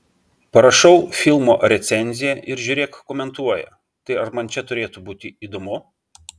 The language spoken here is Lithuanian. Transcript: parašau filmo recenziją ir žiūrėk komentuoja tai ar man čia turėtų būti įdomu